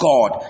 God